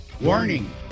warning